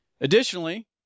Additionally